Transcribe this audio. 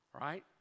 right